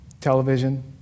Television